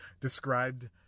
described